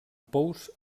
pous